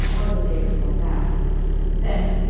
or the day before that then,